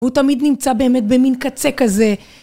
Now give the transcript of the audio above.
הוא תמיד נמצא באמת במין קצה כזה